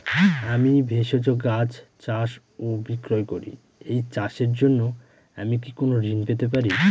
আমি ভেষজ গাছ চাষ ও বিক্রয় করি এই চাষের জন্য আমি কি কোন ঋণ পেতে পারি?